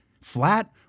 flat